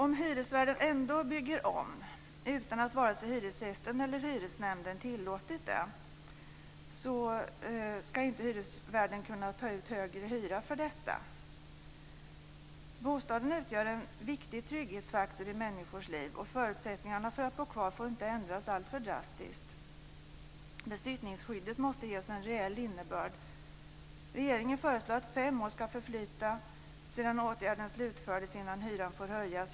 Om hyresvärden ändå bygger om utan att vare sig hyresgästen eller hyresnämnden tillåtit det ska hyresvärden inte kunna ta ut högre hyra för detta. Bostaden utgör en viktig trygghetsfaktor i människors liv. Förutsättningarna för att bo kvar får inte ändras för drastiskt. Besittningsskyddet måste ges en reell innebörd. Regeringen föreslår att fem år ska förflyta sedan åtgärden slutfördes innan hyran får höjas.